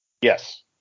Yes